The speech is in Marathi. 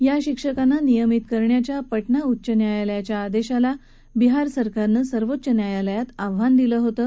या शिक्षकांना नियमित करण्याच्या पटना उच्च न्यायालयाच्या आदेशाला बिहार सरकारनं सर्वोच्च न्यायालयात आव्हान दिलं होतं